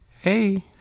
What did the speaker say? hey